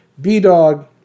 B-Dog